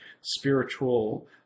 spiritual